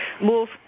move